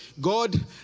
God